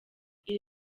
iri